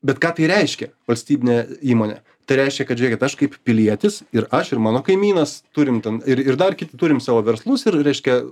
bet ką tai reiškia valstybinė įmonė tai reiškia kad žiūrėkit aš kaip pilietis ir aš ir mano kaimynas turim ten ir ir dar turim savo verslus ir reiškia